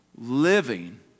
living